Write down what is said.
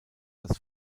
das